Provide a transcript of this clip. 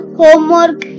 homework